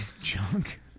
Junk